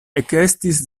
ekestis